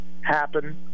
happen